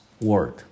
word